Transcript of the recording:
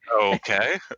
Okay